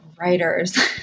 writers